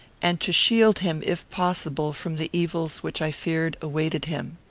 and to shield him, if possible, from the evils which i feared awaited him.